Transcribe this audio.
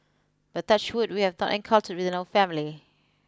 but touch wood we have not encountered within our family